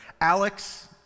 Alex